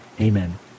Amen